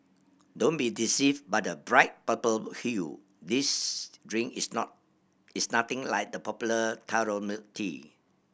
don't be deceived by the bright purple hue this drink is not is nothing like the popular taro milk tea